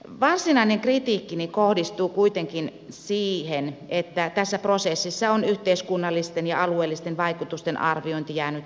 varsinainen kritiikkini kohdistuu kuitenkin siihen että tässä prosessissa on yhteiskunnallisten ja alueellisten vaikutusten arviointi jäänyt tekemättä